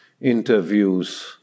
interviews